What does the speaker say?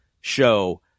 show